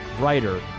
writer